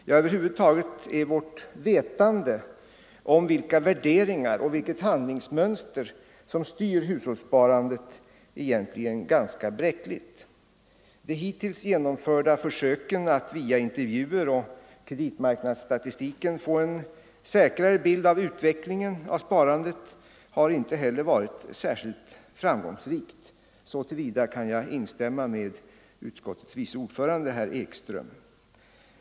Ja, över huvud taget är vårt vetande om vilka värderingar = enskilda sparandet och vilket handlingsmönster som styr hushållssparandet egentligen gan = Mm. m ska bräckligt. De hittills genomförda försöken att via intervjuer och kreditmarknadsstatistiken få en säkrare bild av utvecklingen av sparandet har inte heller varit särskilt framgångsrika. Så till vida kan jag instämma med utskottets vice ordförande, herr Ekström.